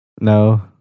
No